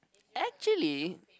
actually